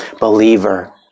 believer